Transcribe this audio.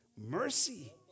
Mercy